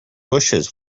bushes